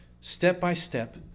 step-by-step